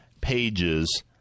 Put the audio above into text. pages